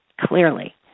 clearly